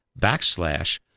backslash